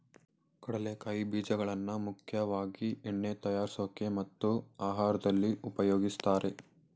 ಕಡಲೆಕಾಯಿ ಬೀಜಗಳನ್ನಾ ಮುಖ್ಯವಾಗಿ ಎಣ್ಣೆ ತಯಾರ್ಸೋಕೆ ಮತ್ತು ಆಹಾರ್ದಲ್ಲಿ ಉಪಯೋಗಿಸ್ತಾರೆ